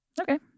Okay